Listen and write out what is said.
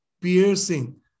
piercing